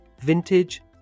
Vintage